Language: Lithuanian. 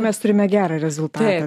mes turime gerą rezultatą